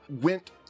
went